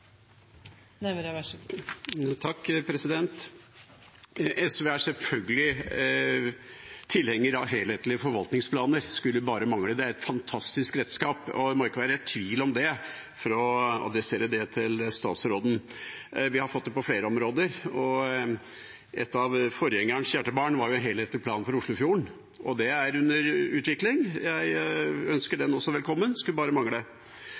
et fantastisk redskap, og det må ikke være tvil om det – for å adressere det til statsråden. Vi har fått det på flere områder, og et av forgjengerens hjertebarn var helhetlig plan for Oslofjorden. Det er under utvikling. Jeg ønsker den også velkommen. Det skulle bare mangle.